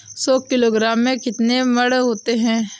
सौ किलोग्राम में कितने मण होते हैं?